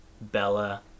Bella